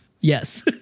yes